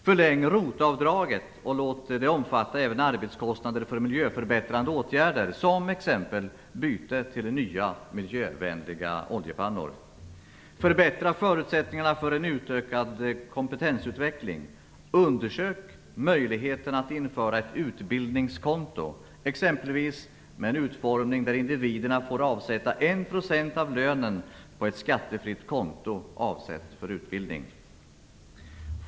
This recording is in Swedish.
Förläng ROT-avdraget och låt det omfatta även arbetskostnader för miljöförbättrande åtgärder, exempelvis byte till nya miljövänliga oljepannor. Förbättra förutsättningarna för en utökad kompetensutveckling. Undersök möjligheterna att införa ett utbildningskonto, exempelvis med en utformning där individerna får avsätta 1 % av lönen på ett skattefritt konto avsett för utbildning.